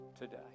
today